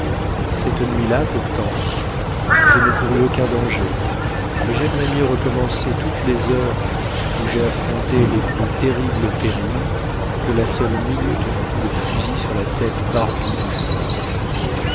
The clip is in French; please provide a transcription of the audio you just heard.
cette nuit-là pourtant je ne courus aucun danger mais j'aimerais mieux recommencer toutes les heures où j'ai affronté les plus terribles périls que la seule minute du coup de fusil sur la tête barbue du judas